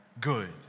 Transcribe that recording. good